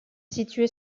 situé